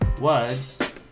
words